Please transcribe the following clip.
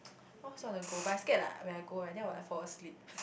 I also want to go but I scared like when I go right then I will like fall asleep